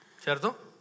cierto